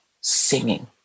singing